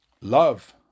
love